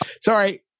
Sorry